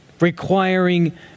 Requiring